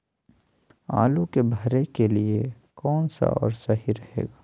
आलू के भरे के लिए केन सा और सही रहेगा?